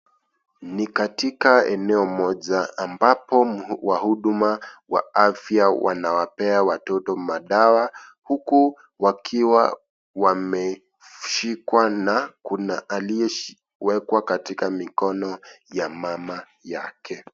Ni katika eneo moja ambapo wahuduma wa afya wanawapea watoto madawa, huku wakiwa wameshikwa na kuna aliyewekwa katika mikono ya mama yake.